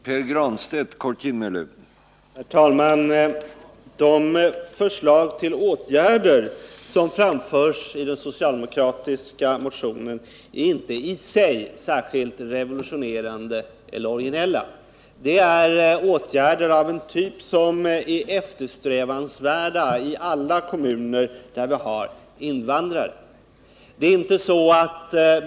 Herr talman! De förslag till åtgärder som framförs i den socialdemokratiska motionen är inte i sig särskilt revolutionerande eller originella. Det är åtgärder av en typ som är eftersträvansvärda i alla kommuner där det finns invandrare.